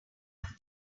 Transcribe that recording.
have